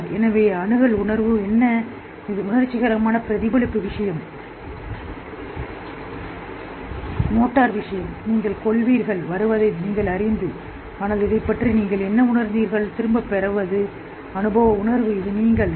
எனவே அணுகல் உணர்வு என்ன இது உணர்ச்சிகரமான பிரதிபலிப்பு விஷயம் மோட்டார் விஷயம் நீங்கள் கொள்வீர்கள் வருவதை நீங்கள் அறிந்து ஆனால் இதைத்பற்றி நீங்கள் என்ன உணர்ந்தீர்கள் திரும்பப் பெறுவது அனுபவ உணர்வு இது நீங்களே